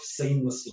seamlessly